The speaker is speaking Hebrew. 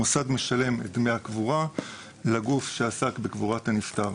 המוסד משלם את דמי הקבורה לגוף שעסק בקבורת הנפטר.